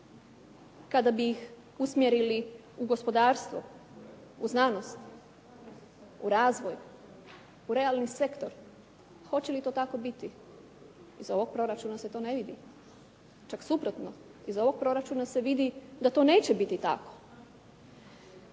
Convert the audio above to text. kada bi ih usmjerili u gospodarstvo, u znanost, u razvoj, u realni sektor. Hoće li to tako biti? Iz ovog proračuna se to ne vidi. Čak suprotno, iz ovog proračuna se vidi da to neće biti tako.